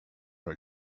were